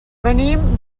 venim